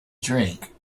drink